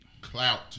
clout